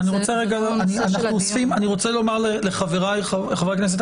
אני רוצה לומר לחבריי חברי הכנסת,